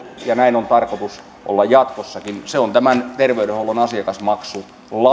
ja näin on tarkoitus olla jatkossakin se on tämän terveydenhuollon asiakasmaksulain